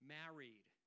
married